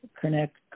connect